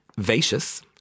Vacious